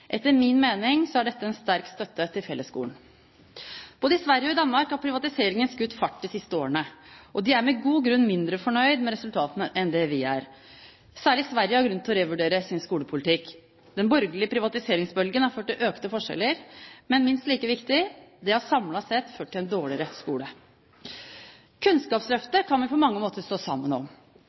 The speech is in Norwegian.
Etter min mening er dette en sterk støtte til fellesskolen. Både i Sverige og i Danmark har privatiseringen skutt fart de siste årene. De er med god grunn mindre fornøyd med resultatene enn det vi er. Særlig Sverige har grunn til å revurdere sin skolepolitikk. Den borgerlige privatiseringsbølgen har ført til økte forskjeller, men minst like viktig – den har samlet sett ført til en dårligere skole. Kunnskapsløftet kan vi på mange måter stå sammen om.